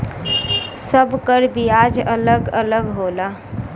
सब कर बियाज अलग अलग होला